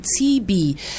TB